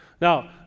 Now